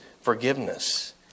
forgiveness